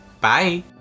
Bye